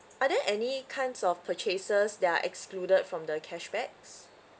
are there any kinds of purchases that are excluded from the cashbacks